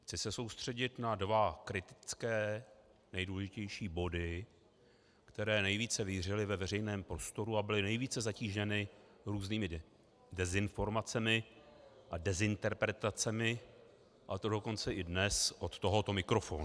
Chci se soustředit na dva kritické nejdůležitější body, které nejvíce vířily ve veřejném prostoru a byly nejvíce zatíženy různými dezinformacemi a dezinterpretacemi, a to dokonce i dnes od tohoto mikrofonu.